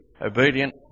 obedient